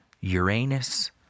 Uranus